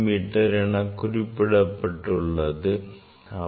me எனக் குறிப்பிடப் பட்டுள்ளதை காணலாம்